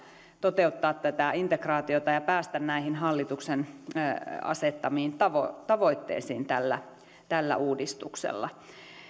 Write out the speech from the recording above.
toteuttaa tätä integraatiota ja päästä näihin hallituksen asettamiin tavoitteisiin tavoitteisiin tällä tällä uudistuksella